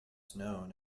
known